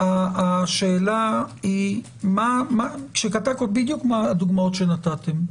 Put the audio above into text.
השאלה היא מה הדוגמאות שנתתם.